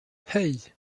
hey